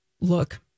look